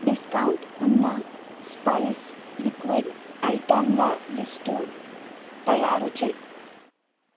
discount ఉన్న spice liquid ఐటమ్ల list తయారుచేయి